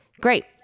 Great